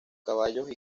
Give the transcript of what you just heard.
caballos